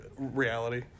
reality